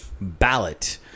ballot